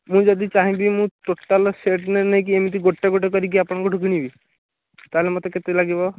ମୁଁ ଯଦି ଚାହିଁବି ମୁଁ ଟୋଟାଲ୍ ସେଟ୍ ନ ନେଇକି ଏମିତି ଗୋଟେ ଗୋଟେ କରିକି ଆପଣଙ୍କଠୁ କିଣିବି ତା'ହେଲେ ମୋତେ କେତେ ଲାଗିବ